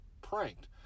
pranked